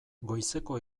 goizeko